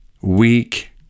weak